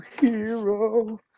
hero